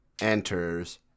enters